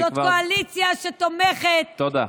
זאת קואליציה שתומכת, תודה.